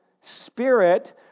spirit